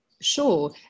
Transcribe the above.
Sure